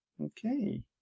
Okay